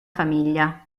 famiglia